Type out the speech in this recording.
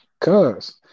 Cause